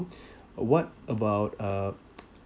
what about uh